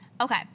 Okay